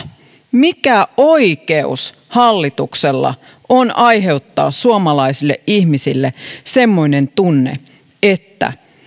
mikä oikeus hallituksella on aiheuttaa suomalaisille ihmisille semmoinen tunne että